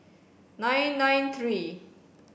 nine nine three